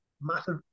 Massive